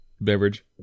beverage